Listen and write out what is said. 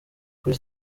kuri